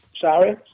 sorry